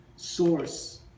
source